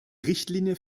richtlinie